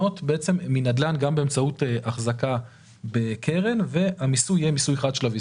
ייהנה מנדל"ן גם באמצעות החזקה בקרן עם מיסוי שיהיה מיסוי חד-שלבי,